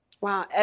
Wow